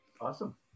Awesome